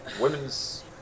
women's